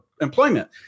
employment